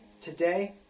Today